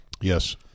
Yes